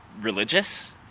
religious